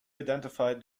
identified